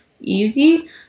easy